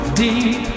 deep